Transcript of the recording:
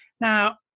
Now